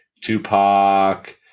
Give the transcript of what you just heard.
tupac